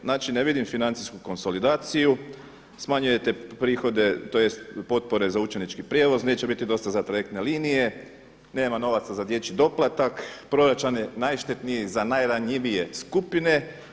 Znači ne vidim financijsku konsolidaciju, smanjujete prihode tj. potpore za učenički prijevoz, neće biti dosta za trajekte linije, nema novaca za dječji doplatak, proračun je najštetniji za najranjivije skupine.